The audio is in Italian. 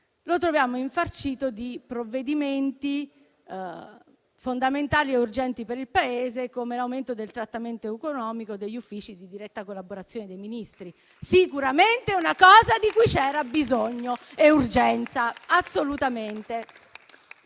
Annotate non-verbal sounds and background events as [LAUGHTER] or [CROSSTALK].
Lo troviamo infarcito infatti di provvedimenti fondamentali e urgenti per il Paese, come l'aumento del trattamento economico degli uffici di diretta collaborazione dei Ministri. [APPLAUSE] Sicuramente una cosa di cui c'erano assolutamente